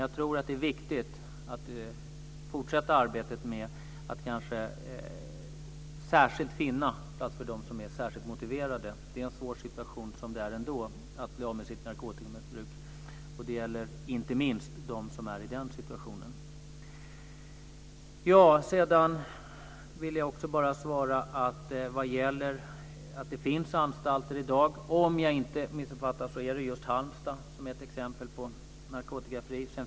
Jag tror att det är viktigt att fortsätta arbetet med att finna platser för dem som är särskilt motiverade. Det är en svår situation ändå att bli av med sitt narkotikamissbruk, och det gäller inte minst dem som är i den situationen. Om jag inte har missuppfattat det är just Halmstad exempel på en narkotikafri anstalt.